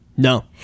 No